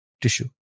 tissue